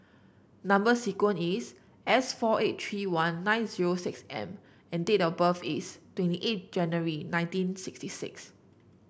number sequence is S four eight three one nine zero six M and date of birth is twenty eight January nineteen sixty six